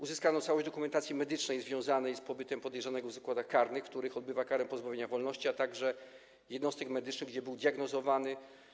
Uzyskano całość dokumentacji medycznej związanej z pobytem podejrzanego w zakładach karnych, w których odbywał karę pozbawienia wolności, a także jedną z tych dokumentacji medycznych, gdzie był diagnozowany.